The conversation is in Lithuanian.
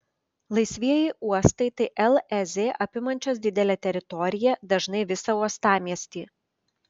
laisvieji uostai tai lez apimančios didelę teritoriją dažnai visą uostamiestį